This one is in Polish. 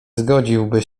zgodziłby